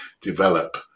develop